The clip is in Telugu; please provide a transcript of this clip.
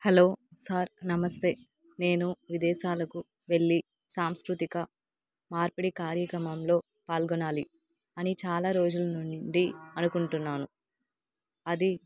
హలో సార్ నమస్తే నేను విదేశాలకు వెళ్ళి సాంస్కృతిక మార్పిడి కార్యక్రమంలో పాల్గొనాలి అని చాలా రోజుల నుండి అనుకుంటున్నాను అది